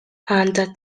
għandha